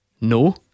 No